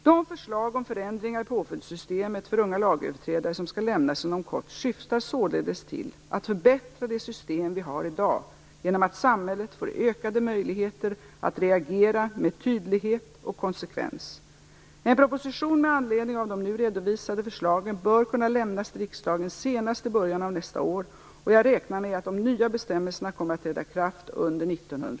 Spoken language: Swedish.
De förslag om förändringar i påföljdssystemet för unga lagöverträdare som skall lämnas inom kort syftar således till att förbättra det system vi har i dag genom att samhället får ökade möjligheter att reagera med tydlighet och konsekvens. En proposition med anledning av de nu redovisade förslagen bör kunna lämnas till riksdagen senast i början av nästa år, och jag räknar med att de nya bestämmelserna kommer att kunna träda i kraft under